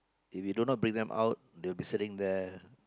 if you do not bring them up they'll be sitting there